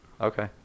Okay